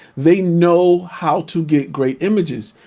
they know how to get great images.